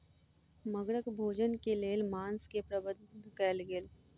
मगरक भोजन के लेल मांस के प्रबंध कयल गेल